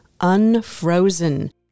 Unfrozen